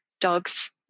dog's